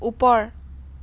ওপৰ